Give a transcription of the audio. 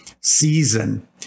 season